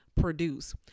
produce